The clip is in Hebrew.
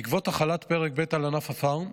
בעקבות החלת פרק ב' על ענף הפארם,